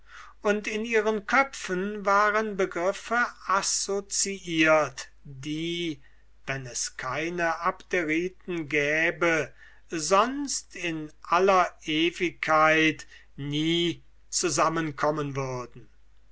und in ihren köpfen waren begriffe associiert die wenn es keine abderiten gäbe sonst in aller ewigkeit nie zusammenkommen würden